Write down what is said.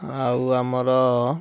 ଆଉ ଆମର